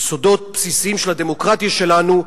יסודות בסיסיים של הדמוקרטיה שלנו,